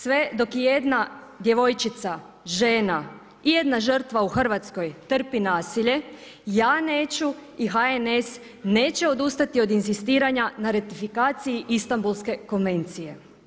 Sve dok jedna djevojčica, žena i jedna žrtva u Hrvatskoj trpi nasilje ja neću i HNS neće odustati od inzistiranja na ratifikaciji Istanbulske konvencije.